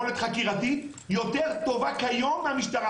יכולת חקירתית יותר טובה כיום מהמשטרה.